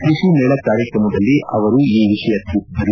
ಕೃಷಿ ಮೇಳ ಕಾರ್ಯಕ್ರಮದಲ್ಲಿ ಅವರು ಈ ವಿಷಯ ತಿಳಿಸಿದರು